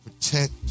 protect